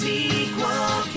Sequel